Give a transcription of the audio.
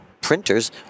printers